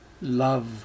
love